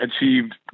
achieved